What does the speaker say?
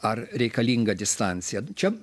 ar reikalinga distancija čia